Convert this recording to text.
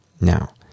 Now